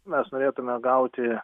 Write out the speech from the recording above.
mes norėtume gauti